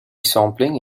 sampling